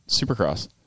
Supercross